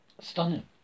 Stunning